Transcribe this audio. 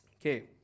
Okay